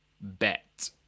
bet